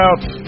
out